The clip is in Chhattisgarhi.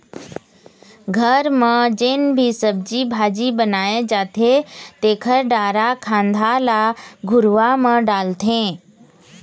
घर म जेन भी सब्जी भाजी बनाए जाथे तेखर डारा खांधा ल घुरूवा म डालथे